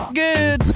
good